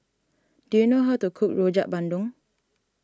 do you know how to cook Rojak Bandung